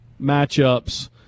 matchups